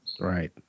right